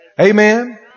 Amen